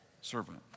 Servant